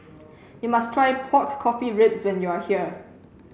you must try pork coffee ribs when you are here